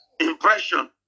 impression